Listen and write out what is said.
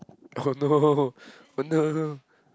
oh no no no no